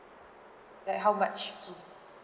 like how much fee